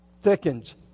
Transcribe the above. thickens